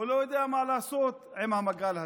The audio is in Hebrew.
הוא לא יודע מה לעשות עם המגל הזה,